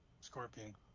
Scorpion